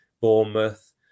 Bournemouth